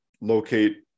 locate